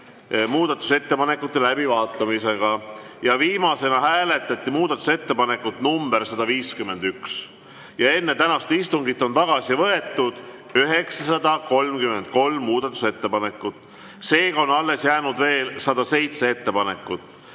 muudatusettepanekute läbivaatamise juures. Viimasena hääletati muudatusettepanekut nr 151. Ja enne tänast istungit on tagasi võetud 933 muudatusettepanekut. Seega on alles jäänud veel 107 ettepanekut